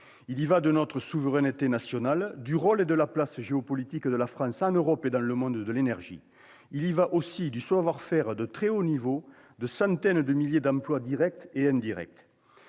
Il y va de notre souveraineté nationale, du rôle et de la place géopolitique de la France en Europe et dans le monde de l'énergie. Il y va aussi du savoir-faire de très haut niveau des titulaires de centaines de milliers d'emplois directs et indirects.